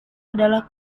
adalah